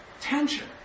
tension